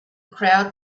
crowd